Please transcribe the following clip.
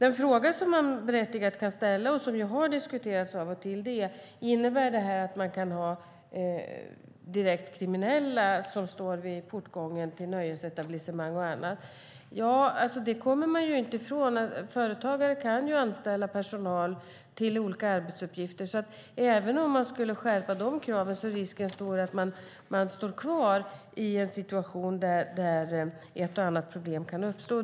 Den berättigade frågan, som man också har diskuterat av och till, är: Innebär detta att man kan ha direkt kriminella som står i portgången till nöjesetablissemang och annat? Man kommer inte ifrån att företagare kan anställa personal till olika arbetsuppgifter. Även om man skulle skärpa kraven är risken stor för att man står kvar i en situation där ett eller annat problem kan uppstå.